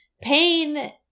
Pain